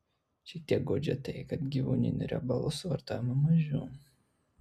šiek tiek guodžia tai kad gyvūninių riebalų suvartojama mažiau